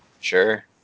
Sure